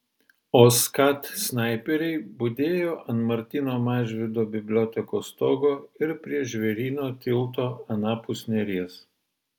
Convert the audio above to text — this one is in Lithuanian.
o skat snaiperiai budėjo ant martyno mažvydo bibliotekos stogo ir prie žvėryno tilto anapus neries